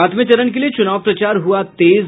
सातवें चरण के लिये चुनाव प्रचार हुआ तेज